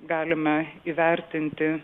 galime įvertinti